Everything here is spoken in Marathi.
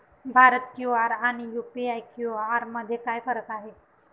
भारत क्यू.आर आणि यू.पी.आय क्यू.आर मध्ये काय फरक आहे?